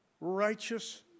righteous